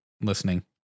Listening